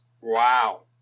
Wow